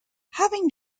having